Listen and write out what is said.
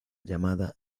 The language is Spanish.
llamada